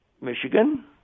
Michigan